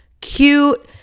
cute